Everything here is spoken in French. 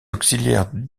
auxiliaires